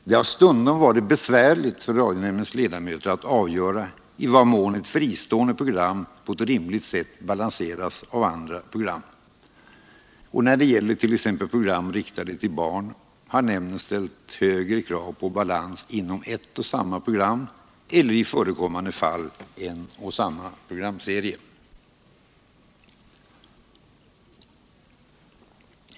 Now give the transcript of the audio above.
Det har stundom varit besvärligt för radionämndens ledamöter att avgöra i vad mån ett fristående program på ett rimligt sätt balanseras av andra program. När det gäller t.ex. program riktade till barn har nämnden ställt högre krav på balans inom ett och samma program -— eller i förekommande fall en och samma programserie.